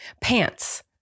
Pants